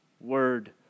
word